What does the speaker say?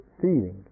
feeling